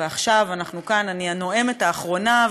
ועכשיו אנחנו כאן ואני הנואמת האחרונה,